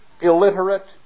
illiterate